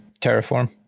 terraform